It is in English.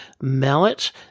mallet